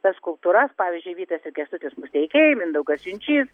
tas skulptūras pavyzdžiui vytas ir kęstutis musteikiai mindaugas vinčys